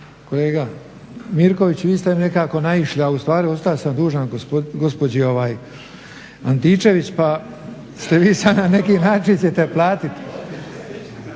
kolega Mirković. Vi ste mi nekako naišli, a u stvari ostao sam dužan gospođi antičević, pa ste vi sada na neki način ćete platiti.